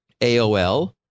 AOL